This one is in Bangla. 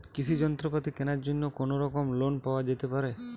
কৃষিযন্ত্রপাতি কেনার জন্য কোনোরকম লোন পাওয়া যেতে পারে?